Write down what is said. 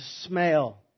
smell